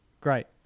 Great